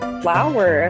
flower